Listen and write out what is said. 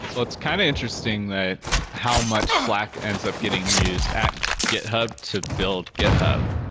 it's kind of interesting that how much slack ends up getting used at github to build github.